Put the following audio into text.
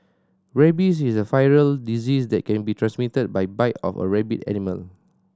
rabies is a viral disease that can be transmitted by the bite of a rabid animal